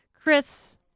Chris